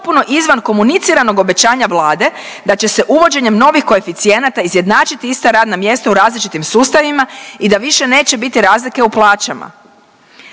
izvan komuniciranog obećanja Vlade da će se uvođenjem novih koeficijenata izjednačiti ista radna mjesta u različitim sustavima i da više neće biti razlike u plaćama.